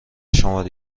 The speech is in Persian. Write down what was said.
شماره